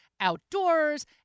Outdoors